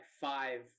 five